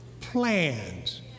plans